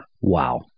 Wow